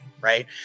right